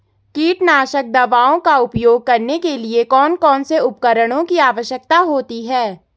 कीटनाशक दवाओं का उपयोग करने के लिए कौन कौन से उपकरणों की आवश्यकता होती है?